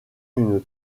une